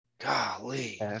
Golly